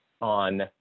on